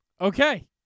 Okay